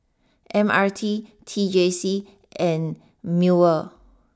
M R T T J C and Mewr